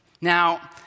Now